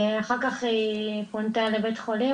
אחר כך היא פונתה לבית חולים,